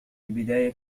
البداية